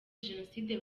jenoside